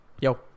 Yo